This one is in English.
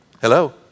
Hello